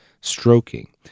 stroking